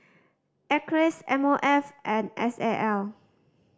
Acres M O F and S A L